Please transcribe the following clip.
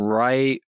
right